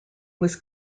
was